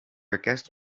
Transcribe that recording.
orkest